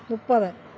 മുപ്പത്